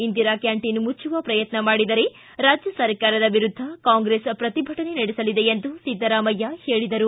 Indira canteen ಮುಚ್ಚುವ ಶ್ರಯತ್ನ ಮಾಡಿದರೆ ರಾಜ್ಯ ಸರ್ಕಾರದ ವಿರುದ್ಧ ಕಾಂಗ್ರೆಸ್ ಪ್ರತಿಭಟನೆ ನಡೆಸಲಿದೆ ಎಂದು ಸಿದ್ದರಾಮಯ್ಯ ಹೇಳಿದರು